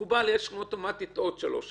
מקובל, יש לכם אוטומטית עוד שלוש שנים.